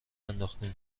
ننداختیم